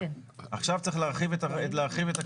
עכשיו צריך להרחיב את הכביש.